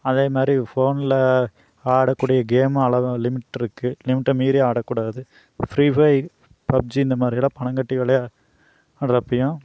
அதேமாதிரி ஃபோனில் ஆடக்கூடிய கேமு அளவு லிமிட் இருக்குது லிமிட்டை மீறி ஆடக்கூடாது ப்ரீ ஃபை பப்ஜி இந்தமாதிரியெல்லாம் பணம் கட்டி விளையாடறப்பையும்